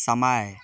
समय